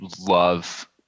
love